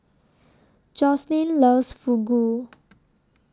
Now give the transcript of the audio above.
Joslyn loves Fugu